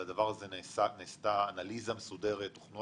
על הדבר הזה נעשתה אנליזה מסודרת, נכתבו